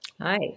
Hi